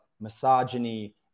misogyny